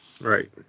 right